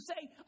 say